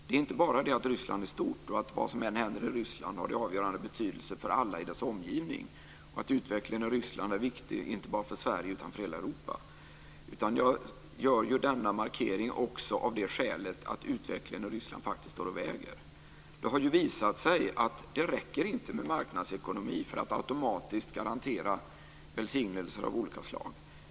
Det är inte bara att Ryssland är stort och att vad som än händer i Ryssland har avgörande betydelse för alla i dess omgivning. Utvecklingen i Ryssland är viktig inte bara för Sverige utan för hela Europa. Jag gör denna markering också för att utvecklingen i Ryssland står och väger. Det har visat sig att det inte räcker med marknadsekonomi för att automatiskt garantera välsignelser av olika slag.